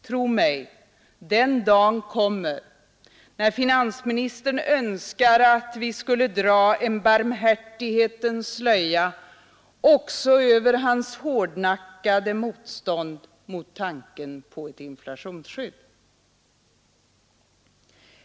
Tro mig, den dag kommer då finansministern önskar att vi skall dra en barmhärtighetens slöja också över hans hårdnackade motstånd mot tanken på ett inflationsskydd.